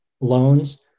loans